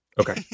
Okay